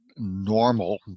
normal